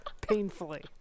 painfully